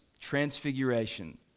Transfiguration